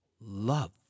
love